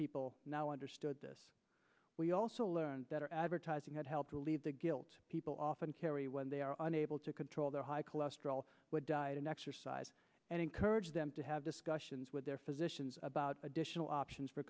people now understood this we also learned that our advertising had helped relieve the guilt people often carry when they are unable to control their high cholesterol with diet and exercise and encouraged them to have discussions with their physicians about additional options for